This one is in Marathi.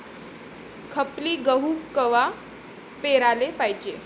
खपली गहू कवा पेराले पायजे?